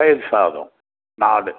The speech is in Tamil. தயிர் சாதம் நாலு